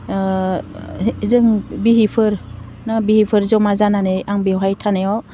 जों बिसिफोर ना बिसिफोर जमा जानानै आं बेवहाय थानायाव